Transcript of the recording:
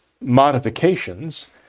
modifications